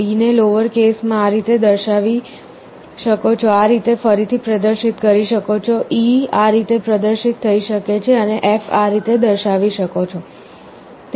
d ને lower case માં આ રીતે ફરીથી પ્રદર્શિત કરી શકો છો E આ રીતે પ્રદર્શિત થઈ શકે છે અને F ને આ રીતે દર્શાવી શકો છો